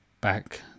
back